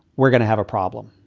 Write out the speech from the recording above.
we're gonna have a problem.